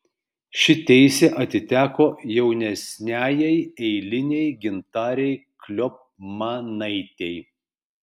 ši teisė atiteko jaunesniajai eilinei gintarei kliopmanaitei